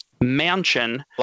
Mansion